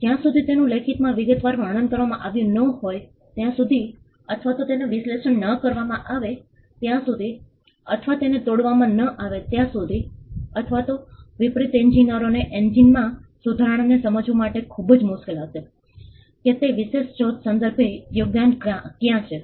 જ્યાં સુધી તેનું લેખિતમાં વિગતવાર વર્ણન કરવામાં આવ્યું ન હોય ત્યાં સુધી અથવા તો તેનું વિશ્લેષણ ન કરવામાં આવે ત્યાં સુધી અથવા તેને તોડવામાં ન આવે ત્યાં સુધી અથવા તો વિપરીત ઇજનેરોને એન્જિનમાં સુધારણાને સમજવુ માટે ખૂબ જ મુશ્કેલ હશે કે તે વિશેષ શોધ સંદર્ભે યોગદાન ક્યાં છે